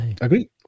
Agree